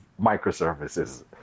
microservices